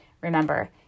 Remember